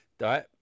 right